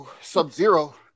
Sub-Zero